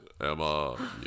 emma